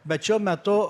bet šiuo metu